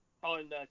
On